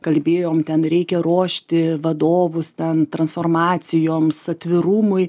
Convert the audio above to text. kalbėjom ten reikia ruošti vadovus ten transformacijoms atvirumui